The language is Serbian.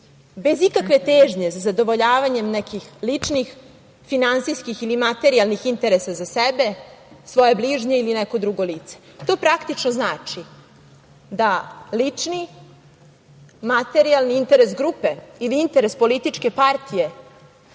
bez ikakve težnje za zadovoljavanjem nekih ličnih, finansijskih ili materijalnih interesa za sebe, svoje bližnje ili neko drugo lice. To praktično znači da lični, materijalni, interes grupe ili interes političke partije